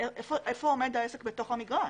איפה עומד העסק בתוך המגרש.